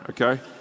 okay